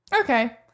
Okay